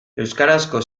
euskarazko